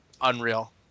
unreal